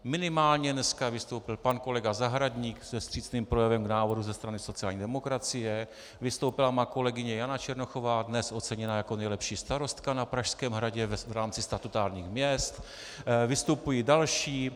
Minimálně dneska vystoupil pan kolega Zahradník se vstřícným projevem k návrhu ze strany sociální demokracie, vystoupila má kolegyně Jana Černochová, dnes oceněná jako nejlepší starostka na Pražském hradě v rámci statutárních měst, vystupují další.